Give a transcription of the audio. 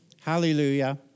Hallelujah